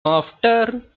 after